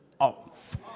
off